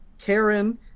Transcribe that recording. Karen